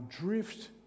drift